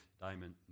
diamond